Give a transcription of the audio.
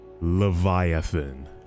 Leviathan